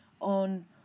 on